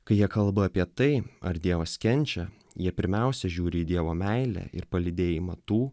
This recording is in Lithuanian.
kai jie kalba apie tai ar dievas kenčia jie pirmiausia žiūri į dievo meilę ir palydėjimą tų